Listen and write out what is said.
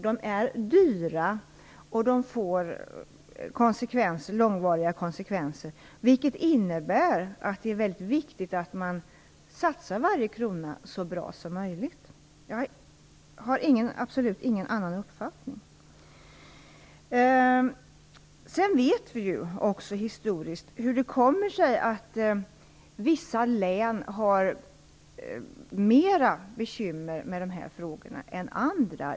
De är dyra, och de får långvariga konsekvenser, vilket innebär att det är väldigt viktigt att man satsar varje krona så bra som möjligt. Jag har absolut ingen annan uppfattning. Vi vet också hur det historiskt kommer sig att vissa län har mera bekymmer med de här frågorna än andra.